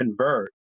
convert